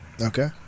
Okay